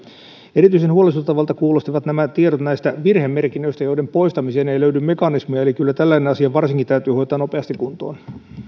erityisen huolestuttavalta kuulostivat nämä tiedot näistä virhemerkinnöistä joiden poistamiseen ei löydy mekanismia kyllä varsinkin tällainen asia täytyy hoitaa nopeasti kuntoon